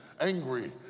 angry